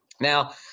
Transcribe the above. now